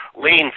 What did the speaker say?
lean